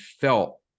felt